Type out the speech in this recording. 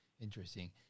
interesting